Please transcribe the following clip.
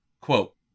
quote